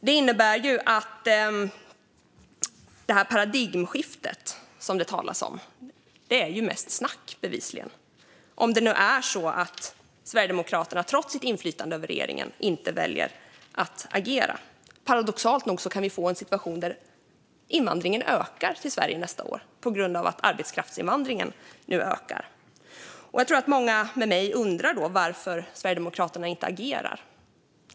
Om det nu är så att Sverigedemokraterna trots sitt inflytande över regeringen väljer att inte agera innebär det bevisligen att det paradigmskifte som det talas om mest är snack. Paradoxalt nog kan vi få en situation där invandringen till Sverige ökar nästa år på grund av att arbetskraftsinvandringen nu ökar. Jag tror att många med mig undrar varför Sverigedemokraterna inte agerar.